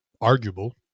arguable